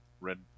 red